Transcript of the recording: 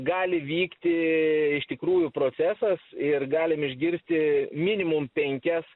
gali vykti iš tikrųjų procesas ir galim išgirsti minimum penkias